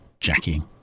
Jackie